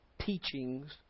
teachings